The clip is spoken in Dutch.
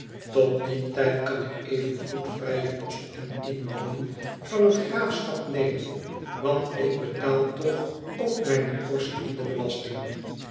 tot dien tijd kan ik evengoed vrijen kost en inwoning van het graafschap nemen want ik betaal toch ook mijne portie in de belastingen